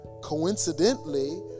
coincidentally